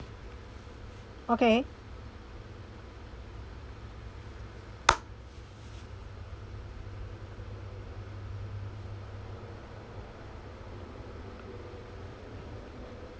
okay